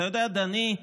אתה יודע, אדוני,